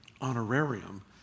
Honorarium